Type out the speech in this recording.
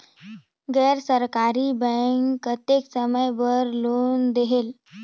गैर सरकारी बैंक कतेक समय बर लोन देहेल?